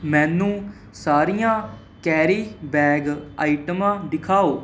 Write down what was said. ਮੈਨੂੰ ਸਾਰੀਆਂ carry bag ਆਈਟਮਾਂ ਦਿਖਾਓ